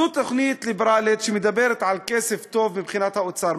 זו תוכנית ליברלית שמדברת על כסף טוב מבחינת האוצר.